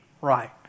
right